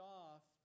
off